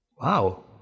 Wow